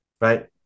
right